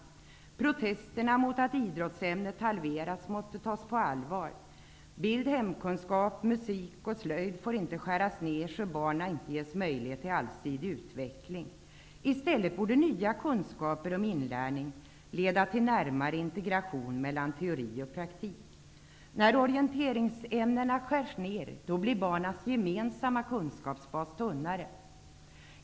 Protesterna mot att idrottsämnet halverats måste tas på allvar. Bild, hemkunskap, musik och slöjd får inte skäras ner så att barnen inte ges möjlighet till en allsidig utveckling. I stället borde nya kunskaper om inlärning leda till närmare integration mellan teori och praktik. När orienteringsämnena skärs ner blir barnens gemensamma kunskapsbas tunnare.